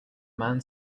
man